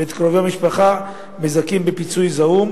ואת קרובי המשפחה מזכים בפיצוי זעום,